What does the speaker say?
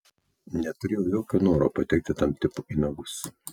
neturėjau jokio noro patekti tam tipui į nagus